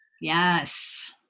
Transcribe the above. Yes